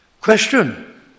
Question